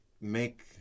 make